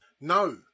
No